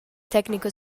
tecnico